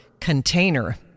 container